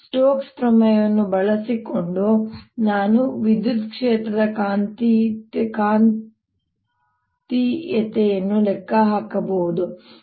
Stokes ಪ್ರಮೇಯವನ್ನು ಬಳಸಿಕೊಂಡು ನಾನು ವಿದ್ಯುತ್ ಕ್ಷೇತ್ರದ ಕಾಂತೀಯತೆಯನ್ನು ಲೆಕ್ಕ ಹಾಕಬಹುದು